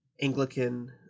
Anglican